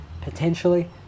potentially